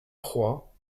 croix